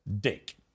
dick